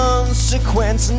Consequence